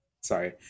sorry